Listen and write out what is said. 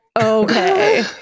Okay